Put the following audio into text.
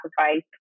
sacrifice